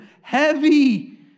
heavy